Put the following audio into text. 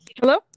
Hello